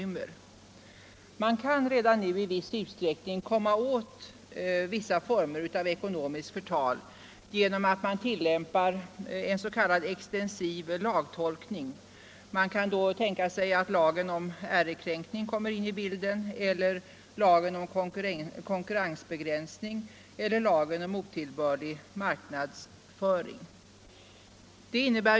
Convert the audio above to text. Man kan redan nu i viss utsträckning komma åt några former av ekonomiskt förtal genom att tillämpa en s.k. extensiv lagtolkning, varvid lagen om ärekränkning, lagen om konkurrensbegränsning eller lagen om otillbörlig marknadsföring kan tänkas komma in i bilden.